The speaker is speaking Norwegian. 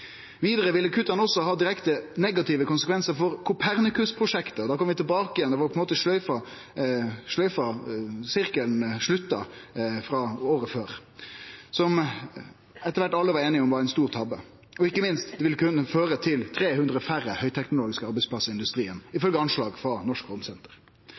Vidare ville kutta også hatt direkte negative konsekvensar for Copernicus-prosjektet, og da er på ein måte sirkelen slutta frå året før for noko som etter kvart alle var einige om var ein stor tabbe, og som ikkje minst ville kunne føre til 300 færre høgteknologiske arbeidsplassar i industrien, ifølgje anslag frå Norsk Romsenter.